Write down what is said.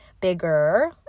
bigger